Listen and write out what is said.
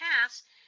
pass